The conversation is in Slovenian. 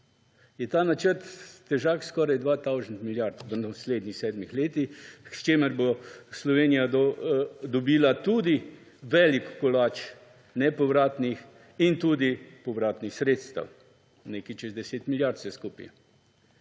ta načrt težak skoraj 2 tisoč milijard v naslednjih sedmih letih, s čimer bo Slovenija dobila tudi velik kolač nepovratnih in tudi povratnih sredstev, nekaj čez 10 milijard vse skupaj.